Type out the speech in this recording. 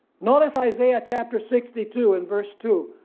notice isaiah chapter sixty two in verse two.